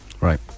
Right